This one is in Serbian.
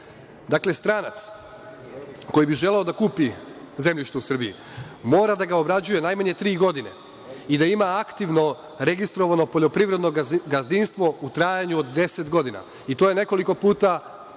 stranac koji bi želeo da kupi zemljište u Srbiji mora da ga obrađuje najmanje tri godine i da ima aktivno registrovano poljoprivredno gazdinstvo u trajanju od 10 godina i to je nekoliko puta